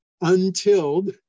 untilled